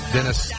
Dennis